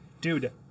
dude